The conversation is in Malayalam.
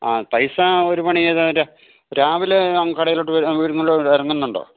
ആ പൈസ ഒരു പണി ചെയ്തേരു രാവിലെ ആ കടയിലോട്ട് വരുന്നുണ്ടോ ഇറങ്ങുന്നുണ്ടോ